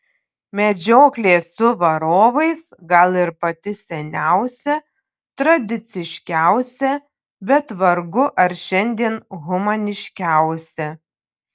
medžioklė su varovais gal ir pati seniausia tradiciškiausia bet vargu ar šiandien humaniškiausia